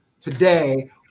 today